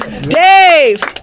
Dave